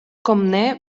comnè